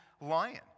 lion